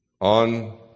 on